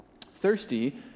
Thirsty